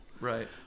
right